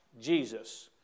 Jesus